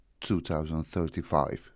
2035